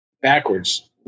backwards